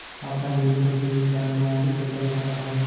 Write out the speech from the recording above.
Offline debit अऊ credit card बनवाए के तरीका ल बतावव?